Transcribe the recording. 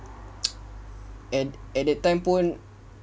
at at that time pun